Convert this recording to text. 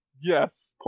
Yes